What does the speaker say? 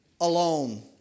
alone